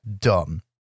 dumb